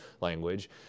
language